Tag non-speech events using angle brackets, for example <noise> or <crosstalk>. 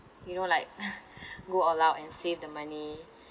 you know like <noise> go all out and save the money